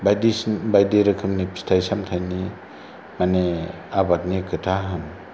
बायदिस बायदि रोखोमनि फिथाइ सामथाइनि माने आबादनि खोथा होन